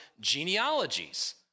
genealogies